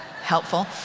helpful